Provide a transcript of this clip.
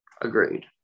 Agreed